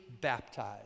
baptized